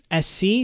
SC